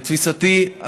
לתפיסתי,